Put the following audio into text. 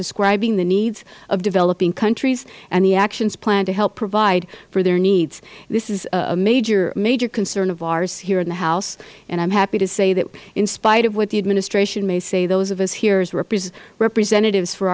describing the needs of developing countries and the actions planned to help provide for their needs this is a major major concern of ours here in the house and i am happy to say that in spite of what the administration may say those of us here as representatives for